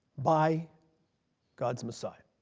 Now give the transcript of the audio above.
by god's messiah,